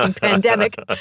pandemic